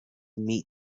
meat